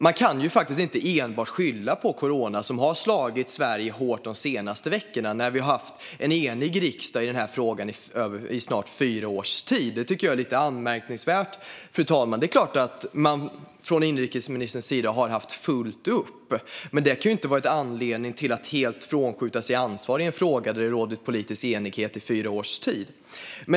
Man kan inte enbart skylla på corona, som har slagit hårt mot Sverige de senaste veckorna, när vi har haft en enig riksdag i den här frågan i snart fyra år. Det är anmärkningsvärt. Det är klart att inrikesministern har haft fullt upp. Men det kan inte vara en anledning att helt skjuta ifrån sig ansvar i en fråga där det har rått politisk enighet under fyra års tid.